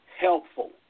helpful